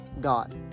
God